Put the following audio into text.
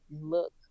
look